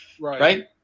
right